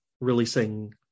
releasing